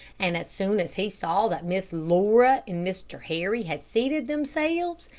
and as soon as he saw that miss laura and mr. harry had seated themselves,